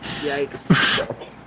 Yikes